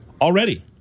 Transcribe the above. Already